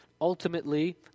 ultimately